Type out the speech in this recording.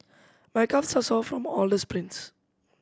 my calves are sore from all the sprints